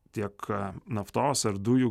tiek naftos ar dujų